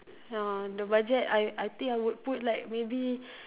uh the budget I I think I would put like maybe